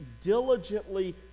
diligently